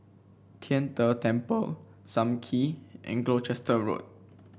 Tian De Temple Sam Kee and Gloucester Road